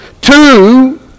Two